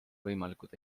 võimalikud